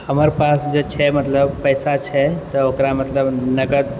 हमर पास जे छै मतलब पैसा छै तऽ ओकरा मतलब नगद